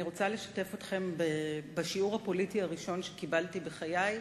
אני רוצה לשתף אתכם בשיעור הפוליטי הראשון שקיבלתי בחיי.